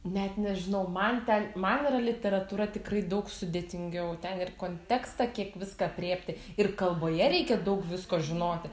net nežinau man ten man yra literatūra tikrai daug sudėtingiau ten ir kontekstą kiek viską aprėpti ir kalboje reikia daug visko žinoti